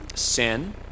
sin